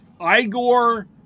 Igor